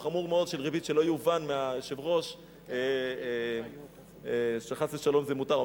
שלא יובן מהיושב-ראש שחס ושלום זה מותר.